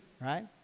right